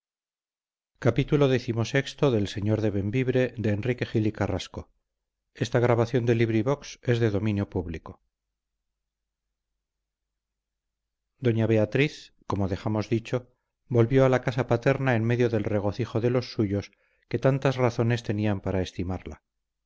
ponferrada la fatal nueva doña beatriz como dejamos dicho volvió a la casa paterna en medio del regocijo de los suyos que tantas razones tenían para estimarla